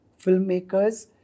filmmakers